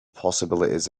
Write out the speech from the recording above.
possibilities